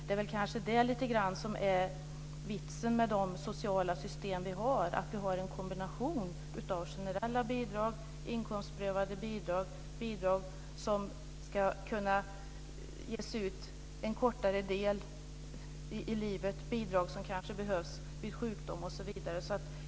Det är väl lite grann detta som är vitsen med våra sociala system: att vi har en kombination av generella bidrag, inkomstprövade bidrag, bidrag som ska kunna ges ut en kortare tid i livet, bidrag som behövs vid sjukdom osv.